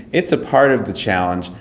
it's a part of the challenge,